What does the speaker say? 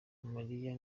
mariya